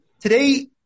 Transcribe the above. Today